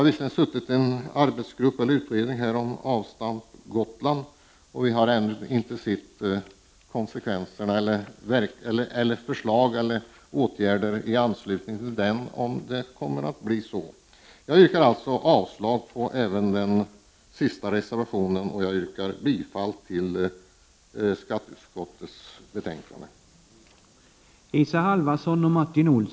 Visserligen har en utredning vid namn Avstamp Gotland tillsatts, men vi har ännu inte sett några förslag från den. Jag yrkar alltså avslag även på reservation 3 och bifall till utskottets hemställan i övrigt.